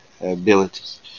abilities